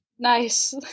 nice